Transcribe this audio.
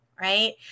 right